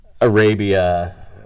Arabia